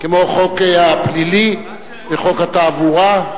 כמו החוק הפלילי וחוק התעבורה.